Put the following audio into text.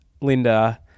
Linda